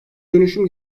dönüşüm